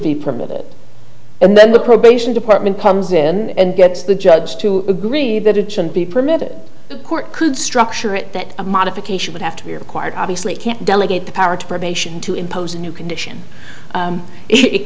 be permitted and then the probation department comes in and gets the judge to agree that it shouldn't be permitted court could structure it that a modification would have to be required obviously can't delegate the power to probation to impose a new condition